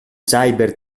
cyber